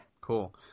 Cool